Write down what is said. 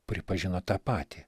pripažino tą patį